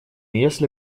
если